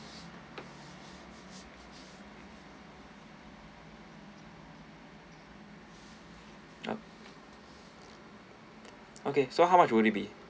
okay so how much would it be